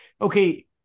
okay